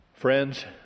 Friends